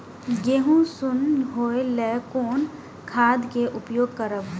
गेहूँ सुन होय लेल कोन खाद के उपयोग करब?